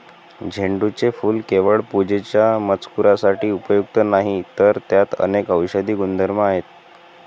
झेंडूचे फूल केवळ पूजेच्या मजकुरासाठी उपयुक्त नाही, तर त्यात अनेक औषधी गुणधर्म आहेत